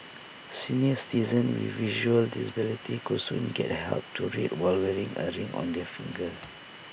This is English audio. senior citizens with visual disabilities could soon get help to read while wearing A ring on their finger